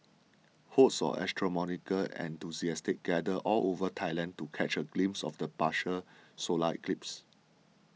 hordes of astronomical enthusiasts gathered all over Thailand to catch a glimpse of the partial solar eclipse